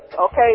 okay